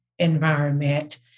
environment